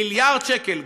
מיליארד שקל,